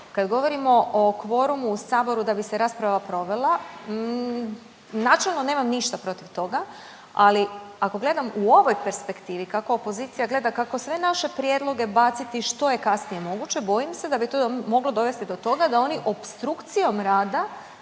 kad govorimo o kvorumu u saboru da bi se rasprava provela načelno nemam ništa protiv toga, ali ako gledam u ovoj perspektivi kako opozicija gleda kako sve naše prijedloge baciti što je kasnije moguće, bojim se da bi to moglo dovesti do toga da oni opstrukcijom rada